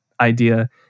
idea